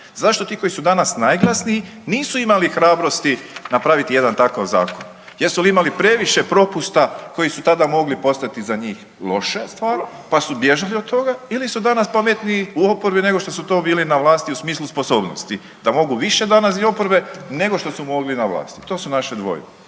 Zašto ti koji su danas najglasniji nisu imali hrabrosti napraviti jedan takav zakon. Jesu li imali previše propusta koji su tada mogli postati za njih loša stvar pa su bježali od toga ili su danas pametniji u oporbi nego što su to bili na vlasti u smislu sposobnosti da mogu više danas iz oporbe nego što su mogli na vlasti. To su naše dvojbe.